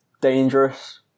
dangerous